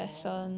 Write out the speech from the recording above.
orh